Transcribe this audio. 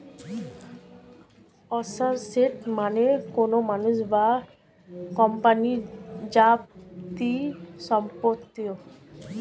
asset মানে কোনো মানুষ বা কোম্পানির যাবতীয় সম্পত্তি